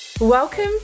Welcome